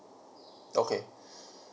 okay